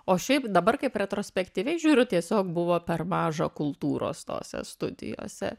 o šiaip dabar kaip retrospektyviai žiūriu tiesiog buvo per maža kultūros tose studijose